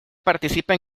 participe